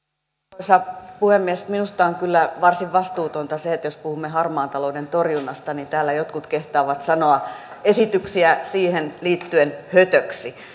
arvoisa puhemies minusta on kyllä varsin vastuutonta se että jos puhumme harmaan talouden torjunnasta niin täällä jotkut kehtaavat sanoa esityksiä siihen liittyen hötöksi